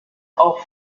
auch